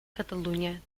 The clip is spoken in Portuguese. catalunha